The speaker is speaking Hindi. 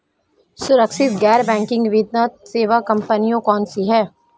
सुरक्षित गैर बैंकिंग वित्त सेवा कंपनियां कौनसी हैं?